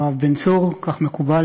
יואב בן צור, כך מקובל.